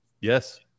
Yes